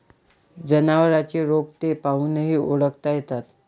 जनावरांचे रोग ते पाहूनही ओळखता येतात